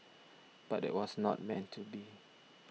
but that was not meant to be